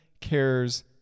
cares